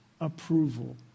approval